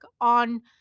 on